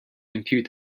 compute